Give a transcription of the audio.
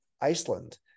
Iceland